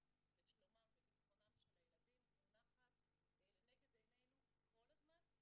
לשלומם וביטחונם של הילדים מונחת לנגד עינינו כל הזמן.